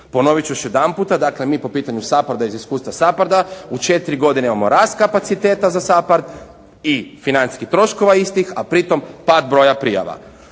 Ponovit ću još jedanputa, dakle mi po pitanju SAPHARD-a iz iskustva SAPHARD-a u četiri godine imamo rast kapaciteta za SAPHARD i financijskih troškova istih, a pritom pad broja prijava.